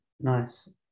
Nice